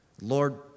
Lord